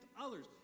others